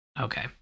Okay